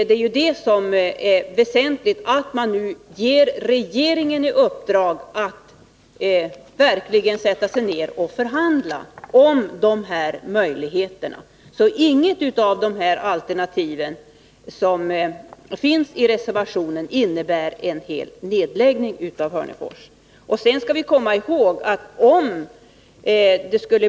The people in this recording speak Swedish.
Det är ju väsentligt att man nu ger regeringen i uppdrag att verkligen förhandla om dessa möjligheter. Inget av alternativen i reservationen innebär alltså en fullständig nedläggning av Hörnefors.